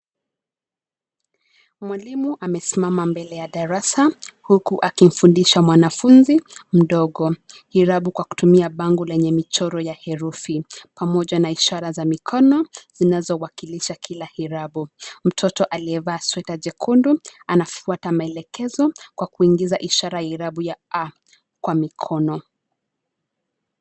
Mwalimu amesimama mbele ya darasa, huku akimfundisha mwanafunzi mdogo, irabu kwa kutumia bango lenye michoro ya herufi pamoja na ishara za mikono zinazo wakilisha kila irabu. Mtoto aliyevaa sweta jekundu anafuata maelekezo kwa kuingiza ishara ya irabu ya a kwa mikono.